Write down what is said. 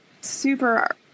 super